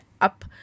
up